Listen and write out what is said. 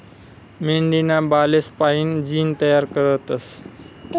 मेंढीना बालेस्पाईन जीन तयार करतस